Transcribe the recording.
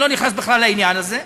אני לא נכנס בכלל לעניין הזה,